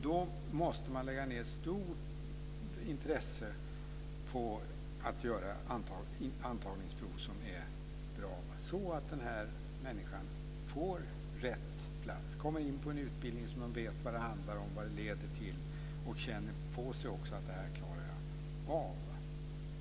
Då måste man lägga ned stor möda på att göra antagningsprov som är bra, så att de här människorna får rätt plats, kommer in på en utbildning, vet vad den handlar om, vad den leder till och också känner på sig att de klarar av den.